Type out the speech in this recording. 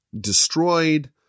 Destroyed